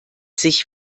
sich